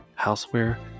houseware